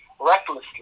recklessly